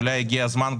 אולי הגיע הזמן,